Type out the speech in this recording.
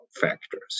factors